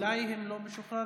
אולי אם לא משוחררים,